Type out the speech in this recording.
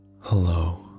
Hello